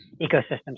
ecosystems